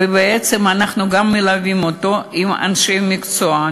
ובעצם אנחנו גם מלווים אותו עם אנשי מקצוע.